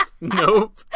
Nope